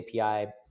API